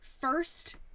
first